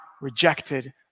rejected